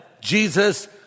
Jesus